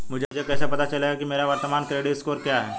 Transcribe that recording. मुझे कैसे पता चलेगा कि मेरा वर्तमान क्रेडिट स्कोर क्या है?